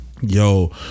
Yo